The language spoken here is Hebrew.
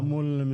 אני